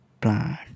plant